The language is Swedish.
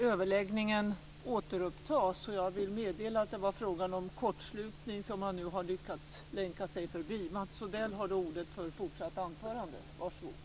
Jag vill meddela att det beträffande ljudavbrottet var fråga om en kortslutning som man nu lyckats länka sig förbi. Mats Odell har nu ordet för fortsatt anförande. Varsågod!